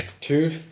Two